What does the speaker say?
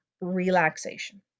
relaxation